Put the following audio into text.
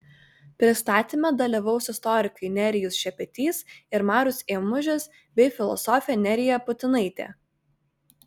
pristatyme dalyvaus istorikai nerijus šepetys ir marius ėmužis bei filosofė nerija putinaitė